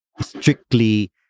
strictly